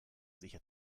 sicher